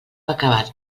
acabat